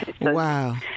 Wow